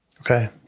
Okay